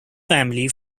family